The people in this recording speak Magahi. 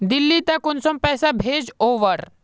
दिल्ली त कुंसम पैसा भेज ओवर?